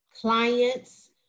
clients